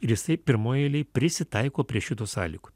ir jisai pirmoj eilėj prisitaiko prie šitų sąlygų